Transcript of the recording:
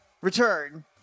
return